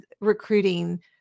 recruiting